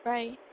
Right